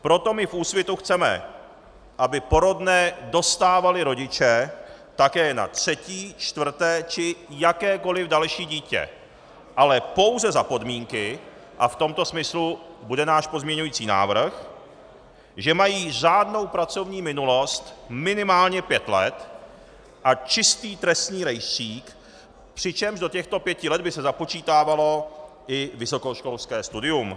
Proto my v Úsvitu chceme, aby porodné dostávali rodiče také na třetí, čtvrté či jakékoliv další dítě, ale pouze za podmínky, a v tomto smyslu bude náš pozměňující návrh, že mají řádnou pracovní minulost minimálně pět let a čistý trestní rejstřík, přičemž do těchto pěti let by se započítávalo i vysokoškolské studium.